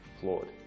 Flawed